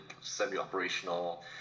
semi-operational